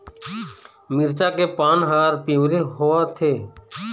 मिरचा के पान हर पिवरी होवथे?